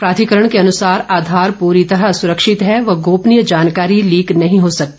प्राधिकरण के अनुसार आधार पूरी तरह सुरक्षित है व गोपनीय जानकारी लीक नहीं हो सकती